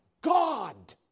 God